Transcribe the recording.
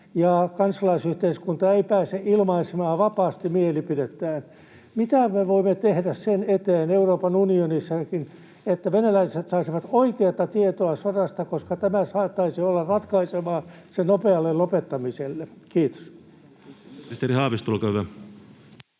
ja kansalaisyhteiskunta ei pääse ilmaisemaan vapaasti mielipidettään. Mitä me voimme tehdä sen eteen Euroopan unionissakin, että venäläiset saisivat oikeata tietoa sodasta? Tämä saattaisi olla ratkaisevaa sen nopealle lopettamiselle. — Kiitos.